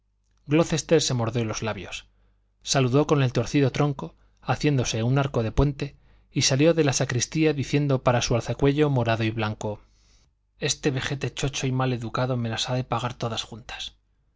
espirituales glocester se mordió los labios saludó con el torcido tronco haciéndose un arco de puente y salió de la sacristía diciendo para su alzacuello morado y blanco este vejete chocho y mal educado me las ha de pagar todas juntas